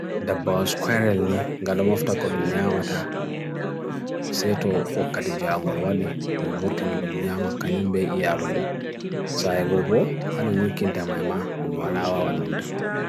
Dabar squarely ga dum ofta kolum nyamata seto oka di jarngolwadi umvurthi nudum nyamakanyumbe iya lumu. Sa egobo halu nukin tamayama dumwala awa nanumta.